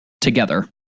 Together